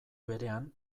berean